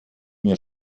mir